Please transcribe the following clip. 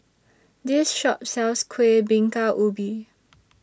This Shop sells Kueh Bingka Ubi